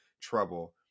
trouble